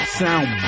sound